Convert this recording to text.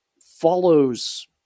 follows